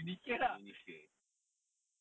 mm indonesia indonesia